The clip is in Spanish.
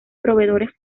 proveedores